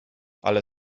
ale